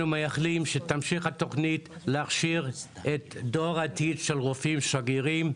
אנחנו מייחלים שתמשיך התוכנית להכשיר את דור העתיד של רופאים שגרירים,